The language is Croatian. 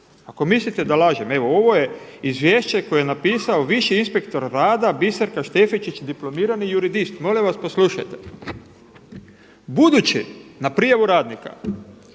Ako mislite da lažem, evo ovo je izvješće koji je napisao viši inspektor rada Biserka Štefičić dipl. iur. Molim vas poslušajte, „budući na prijavu radnika